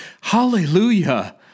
Hallelujah